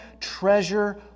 treasure